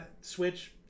Switch